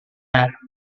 air